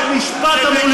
זה מגן